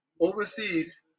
overseas